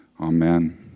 Amen